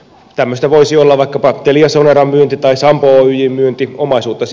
tämmöistä voisi olla vaikkapa teliasoneran myynti tai sampo oyjn myynti